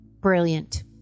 Brilliant